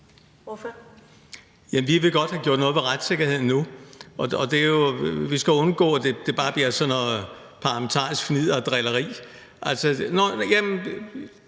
(EL): Jamen vi vil godt have gjort noget ved retssikkerheden nu. Vi skal undgå, at det bare bliver sådan noget parlamentarisk fnidder og drilleri. Jeg vil godt